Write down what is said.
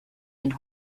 and